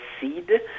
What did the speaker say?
seed